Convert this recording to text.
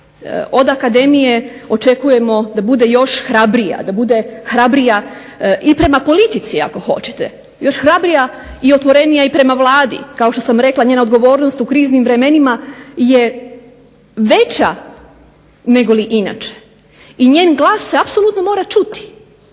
Od akademije očekujemo da bude još hrabrija, da bude hrabrija i prema politici ako hoćete, još hrabrija i otvorenija i prema Vladi. Kao što sam rekla njena odgovornost u kriznim vremenima je veća negoli inače i njen glas se apsolutno mora čuti.